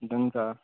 हुन्छ